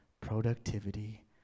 productivity